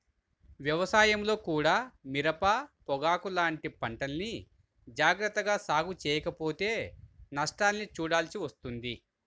వ్యవసాయంలో కూడా మిరప, పొగాకు లాంటి పంటల్ని జాగర్తగా సాగు చెయ్యకపోతే నష్టాల్ని చూడాల్సి వస్తుంది